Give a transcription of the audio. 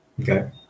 okay